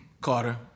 Carter